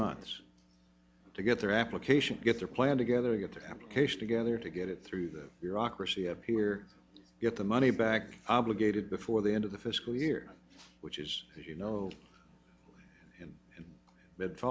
months to get their application get their plan together get the application together to get it through the bureaucracy up here get the money back obligated before the end of the fiscal year which is you know in th